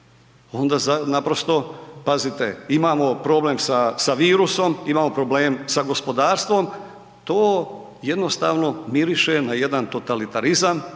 onda naprosto, pazite imamo problem sa virusom, imamo problem sa gospodarstvom, to jednostavno miriše na jedan totalitarizam